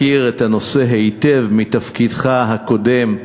מכיר את הנושא היטב מתפקידך הקודם,